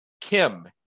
kim